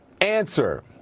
Answer